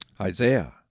Isaiah